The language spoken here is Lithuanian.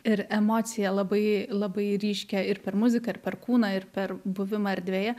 ir emociją labai labai ryškią ir per muziką ir per kūną ir per buvimą erdvėje